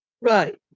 Right